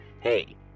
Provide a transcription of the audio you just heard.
hey